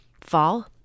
fall